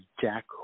Jack